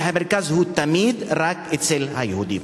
והמרכז הוא תמיד רק אצל היהודים.